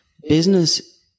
business